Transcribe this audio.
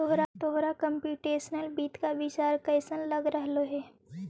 तोहरा कंप्युटेशनल वित्त का विचार कइसन लग रहलो हे